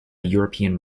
european